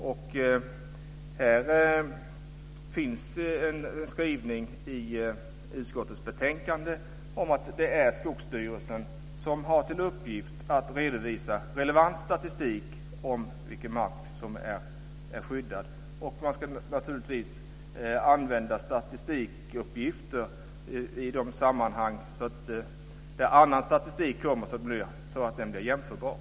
Och det finns en skrivning i utskottets betänkande om att det är Skogsstyrelsen som har till uppgift att redovisa relevant statistik om vilken mark som är skyddad. Och man ska naturligtvis använda statistikuppgifter i dessa sammanhang så att de blir jämförbara med annan statistik.